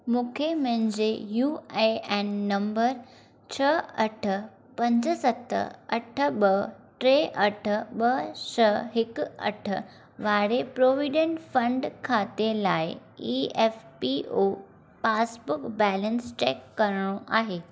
मूंखे मुंहिंजे U A N नंबरु छह अठ पंज सत अठ ॿ टे अठ ॿ छह हिकु अठ वारे प्रोविडन्ट फंड खाते लाइ E F P O passbook balance check करिणो आहे